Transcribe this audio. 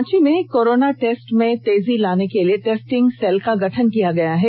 रांची में corona test में तेजी लाने के लिए टेस्टिंग सेल का गठन किया गया है